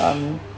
um